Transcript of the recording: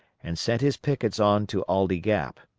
and sent his pickets on to aldie gap.